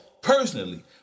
personally